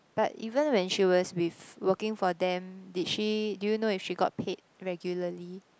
but even when she was with working for them did she do you know if she got paid regularly